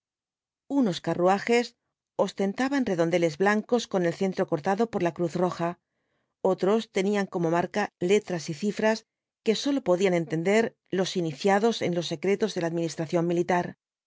unos carruajes ostentaban redondeles blancos con el centro cortado por la cruz roja otros tenían como marca letras y cifras que sólo podían entender los iniciados en los secretos de la administración militar